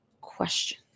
question